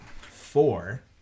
four